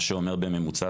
מה שאומר בממוצע,